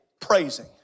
praising